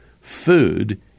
food